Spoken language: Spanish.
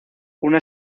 una